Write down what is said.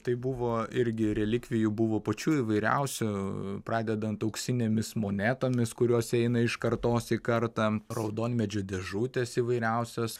tai buvo irgi relikvijų buvo pačių įvairiausių pradedant auksinėmis monetomis kurios eina iš kartos į kartą raudonmedžio dėžutės įvairiausios